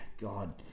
God